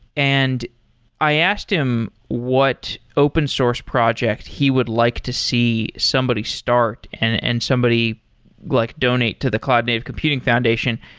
and i asked him what open source project he would like to see somebody start and and somebody like donate to the cloud native computing foundation.